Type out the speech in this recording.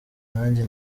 nanjye